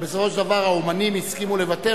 ובסופו של דבר האמנים הסכימו לוותר,